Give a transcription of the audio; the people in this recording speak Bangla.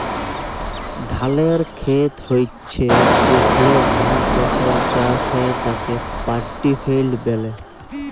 ধালের খেত হচ্যে যেখলে ধাল ফসল চাষ হ্যয় তাকে পাড্ডি ফেইল্ড ব্যলে